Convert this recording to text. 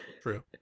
true